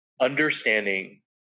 understanding